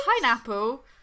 pineapple